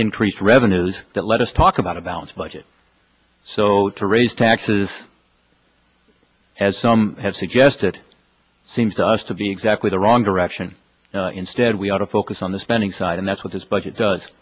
increased revenues that let us talk about a balanced budget so to raise taxes as some have suggested seems to us to be exactly the wrong direction instead we ought to focus on the spending side and that's what this budget does